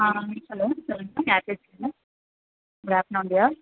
hello சொல்லுங்கள் யார் பேசுகிறீங்க குட் ஆஃப்டர்நூன்